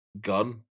Gun